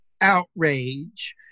outrage